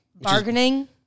Bargaining